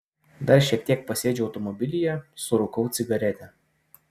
dar šiek tiek pasėdžiu automobilyje surūkau cigaretę